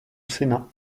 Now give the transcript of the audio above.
sénat